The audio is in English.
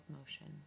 motion